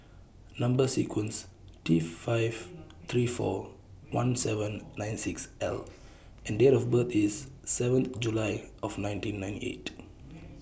Number sequence T five three four one seven nine six L and Date of birth IS seventh July of nineteen ninety eight